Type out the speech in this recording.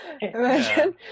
Imagine